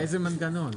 באיזה מנגנון?